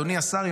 אדוני השר,